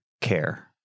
care